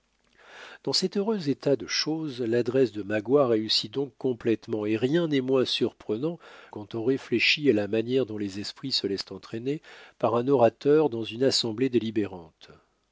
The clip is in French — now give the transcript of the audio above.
dans cet heureux état de choses l'adresse de magua réussit donc complètement et rien n'est moins surprenant quand on réfléchit à la manière dont les esprits se laissent entraîner par un orateur dans une assemblée délibérante